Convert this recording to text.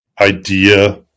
idea